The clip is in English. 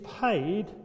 paid